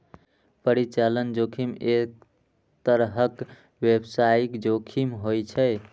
परिचालन जोखिम एक तरहक व्यावसायिक जोखिम होइ छै